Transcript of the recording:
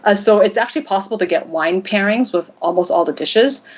ah so it's actually possible to get wine pairings with almost all the dishes.